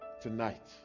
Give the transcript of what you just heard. tonight